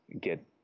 get